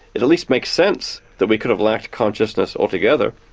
it at least makes sense that we could have lacked consciousness altogether,